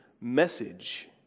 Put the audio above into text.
message